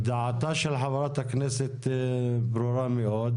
דעתה של חברת הכנסת ברורה מאוד,